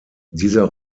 dieser